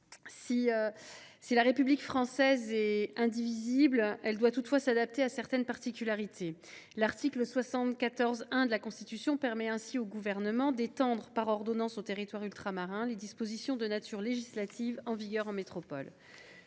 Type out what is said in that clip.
Si la République française est indivisible, elle doit toutefois s’adapter à certaines particularités. L’article 74 1 de la Constitution permet ainsi au Gouvernement d’étendre par ordonnance aux territoires ultramarins les dispositions de nature législative en vigueur en métropole.